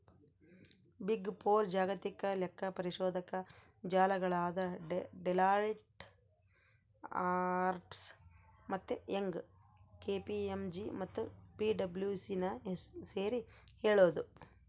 big four ಜಾಗತಿಕ ಲೆಕ್ಕಪರಿಶೋಧಕ ಜಾಲಗಳಾದ ಡೆಲಾಯ್ಟ್, ಅರ್ನ್ಸ್ಟ್ ಮತ್ತೆ ಯಂಗ್, ಕೆ.ಪಿ.ಎಂ.ಜಿ ಮತ್ತು ಪಿಡಬ್ಲ್ಯೂಸಿನ ಸೇರಿ ಹೇಳದು